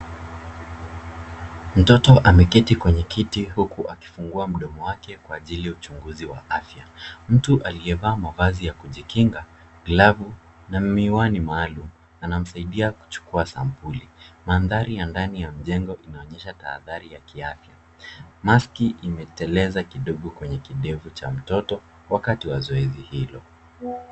Mtoto ameketi kwenye kiti huku akifungua mdomo wake kwa ajili ya uchunguzi wa mdomo wa afya. Mtu aliyevaa mavazi ya kujikinga, glavu na miwani maalum anamsaidia kuchukua sampuli. Mandhari ya ndani ya jengo yanaonyesha tahadhari ya kiafya. Maski imeteleza kidogo kwenye kidevu cha mtoto wakati wa zoezi hilo.